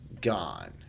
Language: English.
Gone